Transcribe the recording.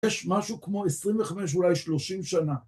יש משהו כמו 25, אולי 30 שנה.